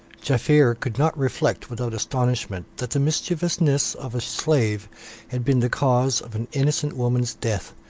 jaaffier could not reflect without astonishment that the mischievousness of a slave had been the cause of an innocent woman's death,